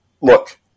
look